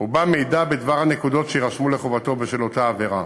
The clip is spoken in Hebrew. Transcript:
ובה מידע על הנקודות שיירשמו לחובתו בשל אותה עבירה,